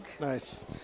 Nice